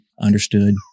understood